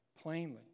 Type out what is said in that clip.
plainly